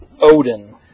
Odin